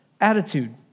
attitude